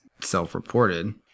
self-reported